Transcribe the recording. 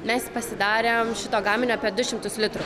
mes pasidarėm šito gaminio apie du šimtus litrų